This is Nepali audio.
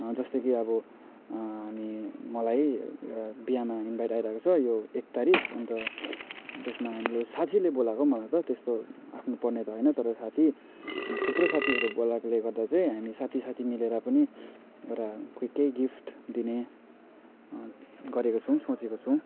जस्तै कि अब हामी मलाई एउटा बिहामा इन्भाइट आइरहेको छ यो एक तारिक अन्त त्यसमा हामीले साथीले बोलाएको मलाई त त्यस्तो आफ्नो पर्ने त होइन तर साथी थुप्रो साथीहरू बोलाएकोले गर्दा चाहिँ हामी साथी साथी मिलेर पनि एउटा खोइ केही गिफ्ट दिने गरेको छौँ सोचेको छौँ